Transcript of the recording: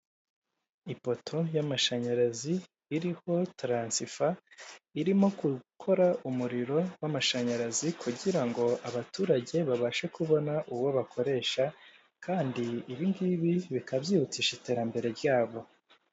Ipoto y'amashanyarazi iriho taransifa irimo gukora umuriro w'amashanyarazi kugira ngo abaturage babashe kubona uwo bakoresha kandi ibingibi bikaba byihutisha iterambere ryabo.